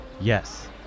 Yes